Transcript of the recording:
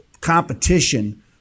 competition